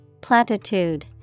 Platitude